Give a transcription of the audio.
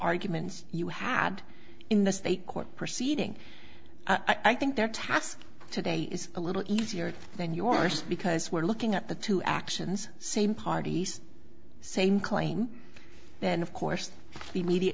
arguments you had in the state court proceeding i think their task today is a little easier than yours because we're looking at the two actions same parties same claim then of course the immedia